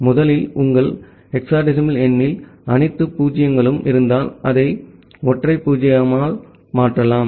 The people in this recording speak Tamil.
எனவே முதலில் உங்கள் ஹெக்ஸாடெசிமல் எண்ணில் அனைத்து 0 களும் இருந்தால் அதை ஒற்றை 0 ஆல் மாற்றலாம்